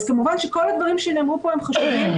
אז כמובן שכל הדברים שנאמרו פה חשובים,